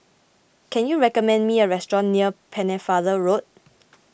can you recommend me a restaurant near Pennefather Road